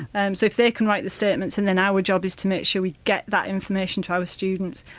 and so if they can write the statements and then our job is to make sure we get that information to our students.